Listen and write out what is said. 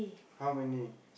how many